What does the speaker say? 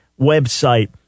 website